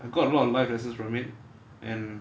I got a lot of life lessons from it and